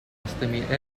estimate